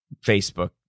Facebook